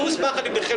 שהוסמך על ידכם,